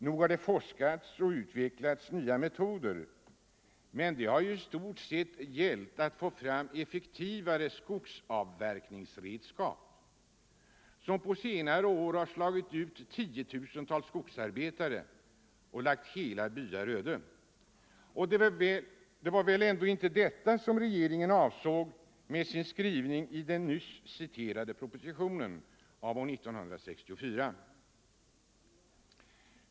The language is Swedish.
Nog har det forskats och utvecklats nya metoder, men då har det i stort sett gällt att få fram effektiva skogsavverkningsredskap, som på senare tid slagit ut tiotusentals skogsarbetare och lagt hela byar öde. Det var väl ändå inte detta som regeringen avsåg med sin skrivning i den nyss citerade propositionen av år 1964?